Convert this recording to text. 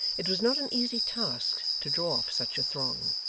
it was not an easy task to draw off such a throng.